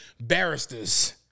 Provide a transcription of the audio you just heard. Barristers